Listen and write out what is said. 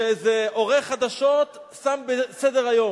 שאיזה עורך חדשות שם בסדר-היום.